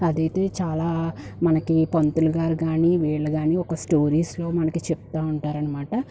అది అయితే చాలా మనకి పంతులుగారు కానీ వీలుకానీ ఒక స్టోరీస్లో మనకి చెప్తా ఉంటారు అన్నమాట